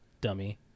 dummy